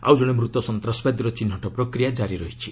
ଆଉ ଜଣେ ମୃତ ସନ୍ତାସବାଦୀର ଚିହ୍ନଟ ପ୍ରକ୍ରିୟା କାରି ରହିଛି